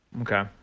okay